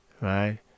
Right